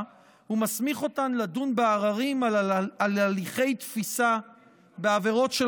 ומסמיך אותן לדון בעררים על הליכי תפיסה בעבירות של